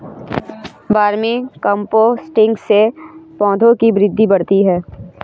vermi composting से पौधों की वृद्धि बढ़ती है